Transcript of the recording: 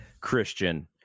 Christian